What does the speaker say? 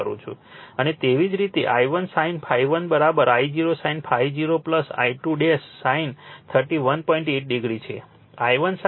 અને તેવી જ રીતે I1 sin ∅1 I0 sin ∅0 I2 sin 31